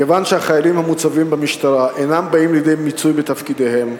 מכיוון שהחיילים המוצבים במשטרה אינם באים לידי מיצוי בתפקידיהם,